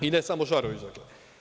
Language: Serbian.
I ne samo Šarović.